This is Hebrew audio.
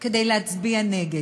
כדי להצביע נגד.